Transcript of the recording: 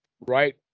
right